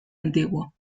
antiguo